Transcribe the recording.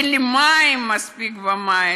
אין לי מספיק מים,